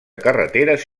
carreteres